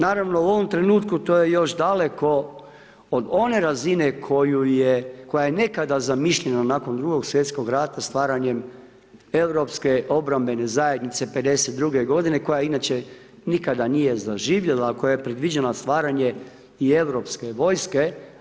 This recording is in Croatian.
Naravno u ovom trenutku to je još daleko od one razine koja je nekada zamišljena nakon Drugog svjetskog rata stvaranjem europske obrambene zajednice '52. godine koja je inače nikada nije zaživjela, koja je predviđena stvaranje i europske vojske.